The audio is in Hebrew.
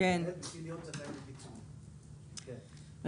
ביקש 75,000. נכון,